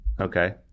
Okay